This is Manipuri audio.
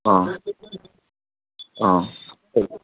ꯑꯥ